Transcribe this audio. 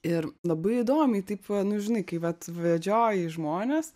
ir labai įdomiai taip va nu žinai kai vat vedžioji žmones